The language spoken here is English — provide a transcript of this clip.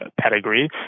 pedigree